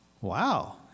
wow